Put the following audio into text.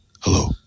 Hello